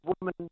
woman